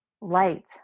light